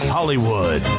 Hollywood